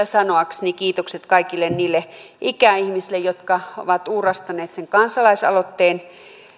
sanoakseni kiitokset kaikille niille ikäihmisille jotka ovat uurastaneet sen kansalaisaloitteen